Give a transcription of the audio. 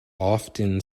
often